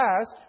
ask